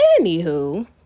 anywho